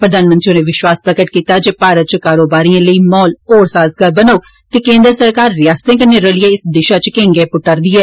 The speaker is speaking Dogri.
प्रधानमंत्री होरें विश्वास प्रगट कीता जे भारत च कारोबारियें लेई माहौल होर साजगार बनौग ते केन्द्र सरकार रियासतें कन्नै रलियै इस दिशा च केई गैंई पुट्टा'रदी ऐ